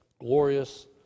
glorious